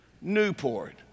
Newport